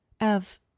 Ev